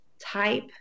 type